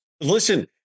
listen